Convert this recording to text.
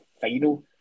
final